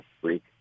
freak